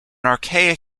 archaic